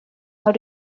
how